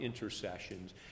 intercessions